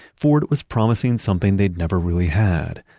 ford was promising something they'd never really had,